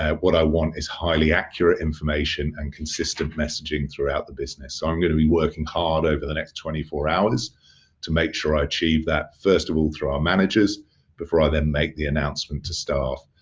what i want is highly accurate information and consistent messaging throughout the business, so ah i'm gonna be working hard over the next twenty four hours to make sure i achieve that, first of all, through our managers before i then make the announcement to staff.